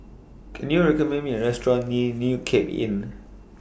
Can YOU recommend Me A Restaurant near New Cape Inn